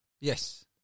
Yes